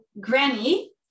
Granny